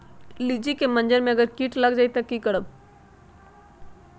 लिचि क मजर म अगर किट लग जाई त की करब?